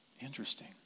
Interesting